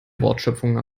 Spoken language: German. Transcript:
wortschöpfungen